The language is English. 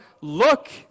look